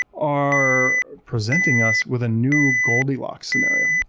are presenting us with a new goldilocks scenario.